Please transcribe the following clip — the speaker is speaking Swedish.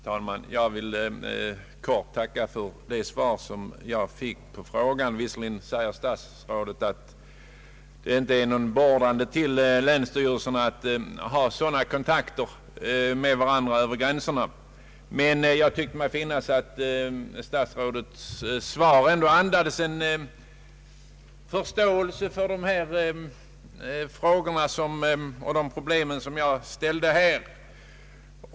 Herr talman! Jag vill först tacka statsrådet för det svar jag fick på min fråga. Visserligen säger han att det inte finns någon order till länsstyrelserna att ha sådana kontakter med varandra över gränserna. Jag tycker ändå att svaret andades en förståelse för de frågor och problem jag tog upp.